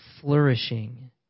flourishing